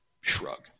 shrug